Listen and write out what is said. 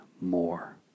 more